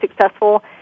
successful